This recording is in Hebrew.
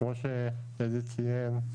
כמו שעלי ציין,